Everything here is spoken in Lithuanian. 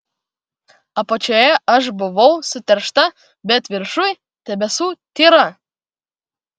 apačioje aš buvau suteršta bet viršuj tebesu tyra